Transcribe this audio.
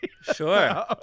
Sure